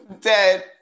dead